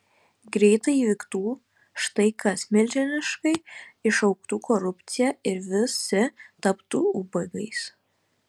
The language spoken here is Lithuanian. greitai įvyktų štai kas milžiniškai išaugtų korupcija ir visi taptų ubagais